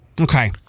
Okay